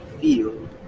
feel